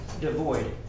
devoid